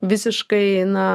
visiškai na